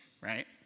right